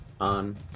on